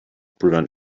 prevent